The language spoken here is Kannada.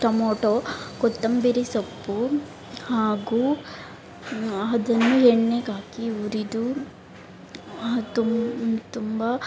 ಟೊಮೊಟೊ ಕೊತ್ತಂಬರಿ ಸೊಪ್ಪು ಹಾಗೂ ಅದನ್ನು ಎಣ್ಣೆಗ್ಹಾಕಿ ಹುರಿದು ಅದು ತುಂಬ